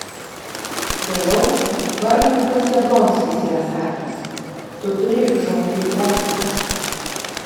vėliau varnui pats jablonskis yra sakęs tu turi žodžiui uoslę